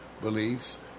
beliefs